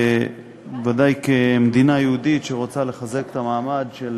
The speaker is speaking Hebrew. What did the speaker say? ודאי כמדינה יהודית שרוצה לחזק את המעמד של